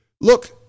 Look